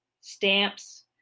stamps